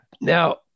Now